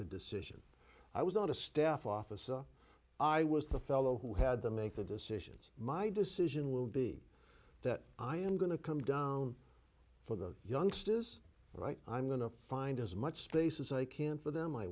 the decision i was not a staff officer i was the fellow who had to make the decisions my decision will be that i am going to come down for the youngsters right i'm going to find as much space as i can for them i